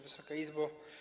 Wysoka Izbo!